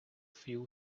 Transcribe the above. few